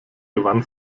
gewann